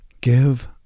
give